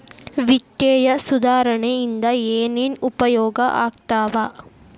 ವಿತ್ತೇಯ ಸುಧಾರಣೆ ಇಂದ ಏನೇನ್ ಉಪಯೋಗ ಆಗ್ತಾವ